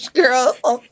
girl